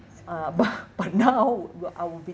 uh but but now w~ I will be